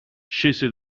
scese